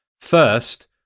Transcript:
First